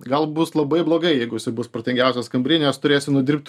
gal bus labai blogai jeigu jisai bus protingiausias kambary nes turėsi nudirbt